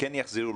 כן יחזרו,